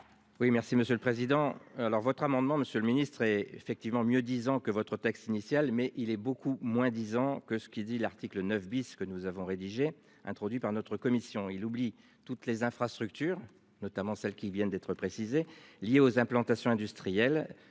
Oui, merci Monsieur le Président. Alors votre amendement. Monsieur le ministre effectivement mieux disant que votre texte initial mais il est beaucoup moins disant ans que ce qu'il dit l'article 9 bis que nous avons rédigé introduit par notre commission, il oublie toutes les infrastructures, notamment celles qui viennent d'être précisés liés aux implantations industrielles,